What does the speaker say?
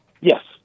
Yes